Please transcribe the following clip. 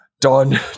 done